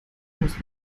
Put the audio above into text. muss